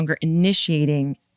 initiating